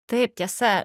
taip tiesa